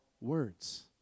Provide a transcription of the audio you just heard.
words